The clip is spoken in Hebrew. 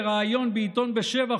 בריאיון בעיתון בשבע,